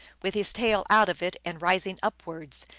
with his tail out of it and rising upwards,